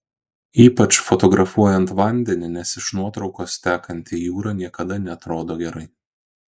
ypač fotografuojant vandenį nes iš nuotraukos tekanti jūra niekada neatrodo gerai